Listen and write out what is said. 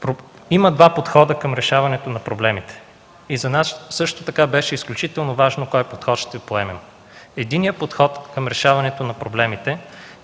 Има два подхода към решаването на проблемите. За нас беше изключително важно кой подход ще поемем. Единият подход към решаването на проблемите